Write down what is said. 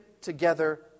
together